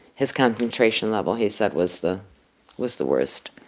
his concentration level, he said, was the was the worst.